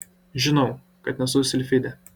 žinau kad nesu silfidė